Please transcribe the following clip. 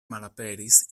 malaperis